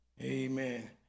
Amen